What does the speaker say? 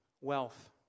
Wealth